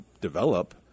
develop